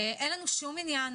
אין לנו שום עניין